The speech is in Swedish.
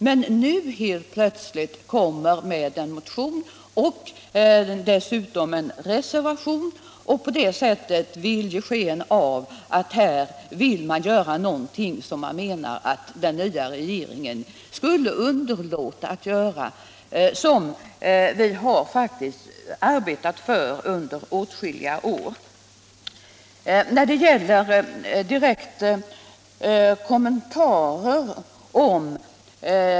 Men nu kommer de helt plötsligt med en motion och en reservation, för att ge sken av att de vill göra någonting åt ett problem som de menar att den nya regeringen skulle underlåta att lösa. Vi har faktiskt under åtskilliga år arbetat för en lösning av denna fråga.